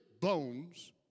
bones